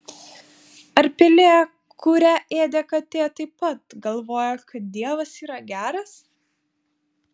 ar pelė kurią ėda katė taip pat galvoja kad dievas yra geras